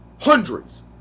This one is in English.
Hundreds